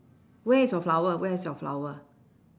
where is your flower where is your flower